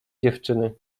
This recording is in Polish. dziewczyny